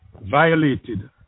violated